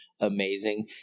amazing